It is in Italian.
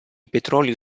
petrolio